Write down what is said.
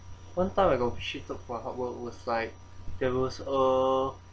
first time I got appreciated for hard work was like there was a